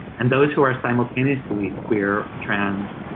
and those who are simultaneously queer, trans,